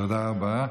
תודה רבה.